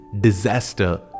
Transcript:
Disaster